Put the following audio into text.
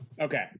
Okay